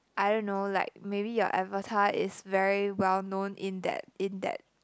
I don't know like maybe your avatar is very well known in that in that